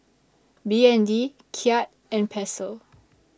B N D Kyat and Peso